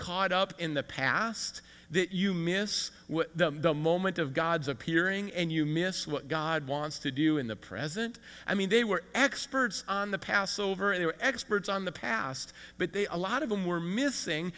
caught up in the past that you miss the moment of god's appearing and you miss what god wants to do in the present and i mean they were experts on the passover and they're experts on the past but they a lot of them were missing